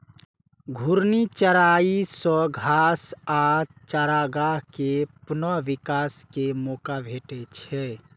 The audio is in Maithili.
घूर्णी चराइ सं घास आ चारागाह कें पुनः विकास के मौका भेटै छै